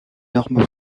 normes